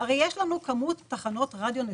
הרי יש לנו כמות תחנות רדיו מתונה.